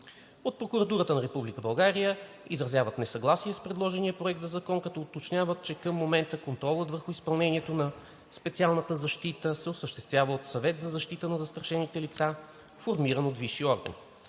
От Прокуратурата на Република България изразяват несъгласие с предложения проект на закон, като уточняват, че към момента контролът върху изпълнението на специалната защита се осъществява от Съвет за защита на застрашените лица, формиран от висши органи.